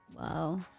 Wow